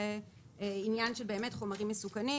זה עניין של באמת חומרים מסוכנים,